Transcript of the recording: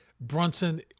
Brunson